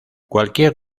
cualquier